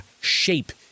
shape